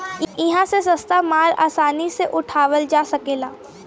इहा से सस्ता माल आसानी से उठावल जा सकेला